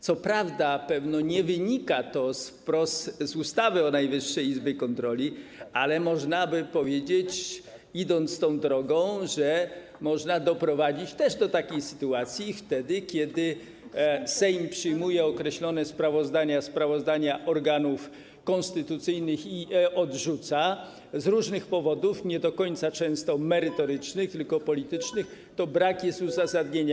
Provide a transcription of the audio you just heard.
Co prawda, pewno nie wynika to z ustawy o Najwyższej Izbie Kontroli, ale można by powiedzieć, idąc tą drogą, że można doprowadzić też do takiej sytuacji wtedy, kiedy Sejm przyjmuje określone sprawozdania organów konstytucyjnych i je odrzuca z różnych powodów, nie do końca często merytorycznych, tylko politycznych, to brak jest uzasadnienia.